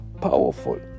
powerful